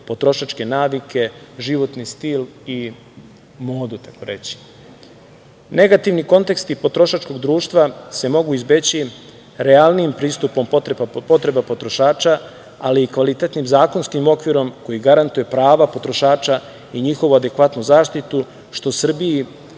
potrošačke navike, životni stil i modu, takoreći. Negativni konteksti potrošačkog društva se mogu izbeći realnijim pristupom potreba potrošača, ali i kvalitetnim zakonskim okvirom koji garantuje prava potrošača i njihovu adekvatnu zaštitu, što Srbija